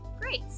Great